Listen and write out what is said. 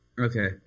okay